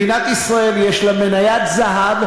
מדינת ישראל יש לה מניית זהב,